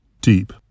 Deep